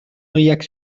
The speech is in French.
briac